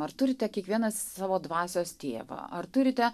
ar turite kiekvienas savo dvasios tėvą ar turite